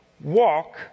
walk